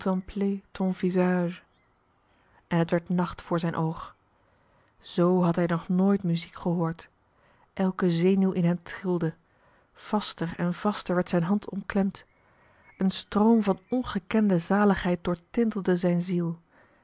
en het werd nacht voor zijn oog zoo had hij nog nooit muziek gehoord elke zenuw in hem trilde vaster en vaster werd zijn hand omklemd een stroom van ongekende zaligheid doortintelde zijn ziel